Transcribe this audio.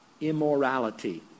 immorality